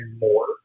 more